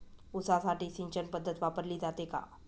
ऊसासाठी सिंचन पद्धत वापरली जाते का?